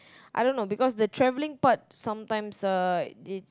I don't know because the travelling part sometimes uh it's